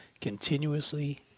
continuously